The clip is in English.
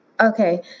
Okay